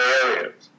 areas